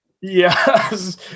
Yes